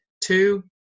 Two